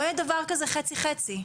לא יהיה דבר כזה חצי חצי.